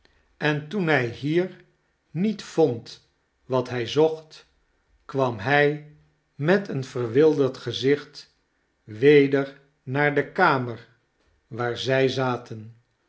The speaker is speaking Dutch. en toen hij hier niet vond wat hij zocht kwam hij met een verwilderd gezicht weder naar de kamer waar zij zaten